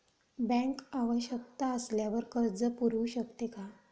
Bank आवश्यकता असल्यावर कर्ज पुरवू शकते का?